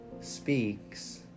speaks